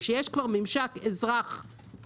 כשיש כבר ממשק אזרח-פקח,